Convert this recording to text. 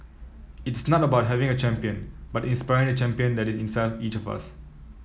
it's not about having a champion but inspiring the champion that is inside each of us